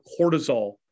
cortisol